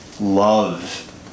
love